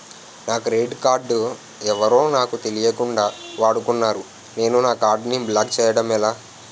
నా credit card ఎవరో నాకు తెలియకుండా వాడుకున్నారు నేను నా కార్డ్ ని బ్లాక్ చేయడం ఎలా?